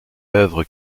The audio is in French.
œuvre